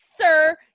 sir